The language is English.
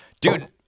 Dude